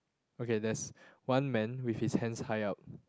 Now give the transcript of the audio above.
okay there's one man with his hands high up